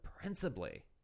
principally